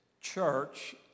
church